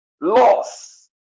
loss